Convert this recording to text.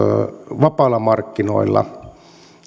vapailla markkinoilla